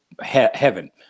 heaven